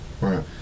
Right